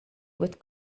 with